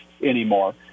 anymore